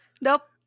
Nope